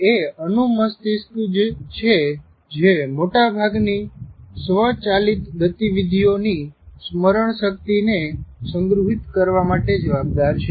એ અનુ મસ્તિષ્ક જ છે જે મોટા ભાગની સ્વચાલિત ગતિવિધિઓ ની સ્મરણ શક્તિને સંગ્રહીત કરવા માટે જવાબદાર છે